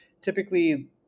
typically